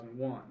2001